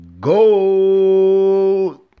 Go